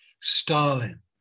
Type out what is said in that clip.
Stalin